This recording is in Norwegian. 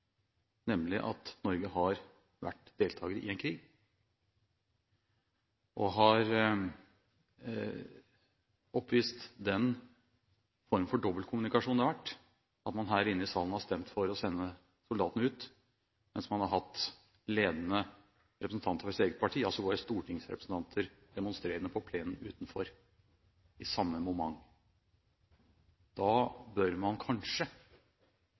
nemlig at Norge har vært deltaker i en krig, og har oppvist den form for dobbeltkommunikasjon det har vært at man her inne i salen har stemt for å sende soldatene ut, mens man har hatt ledende representanter fra sitt eget parti – stortingsrepresentanter – demonstrerende på plenen utenfor i samme moment, bør man kanskje